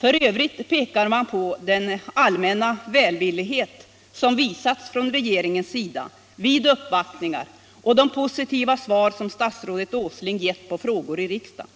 F. ö. pekar utskottet på den allmänna välvillighet som visats från re geringens sida vid uppvaktningar och de positiva svar som statsrådet Åsling gett på frågor i riksdagen.